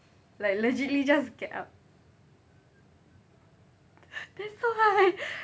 like literally just get up that's why